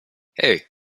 hey